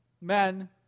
Men